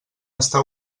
està